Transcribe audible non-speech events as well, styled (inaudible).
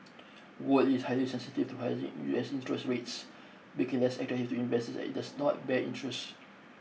word is highly sensitive to (unintelligible) U S interest rates because less attractive to investors as it does not bear interest